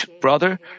brother